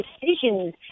decisions